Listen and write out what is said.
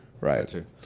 Right